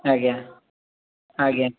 ଆଜ୍ଞା ଆଜ୍ଞା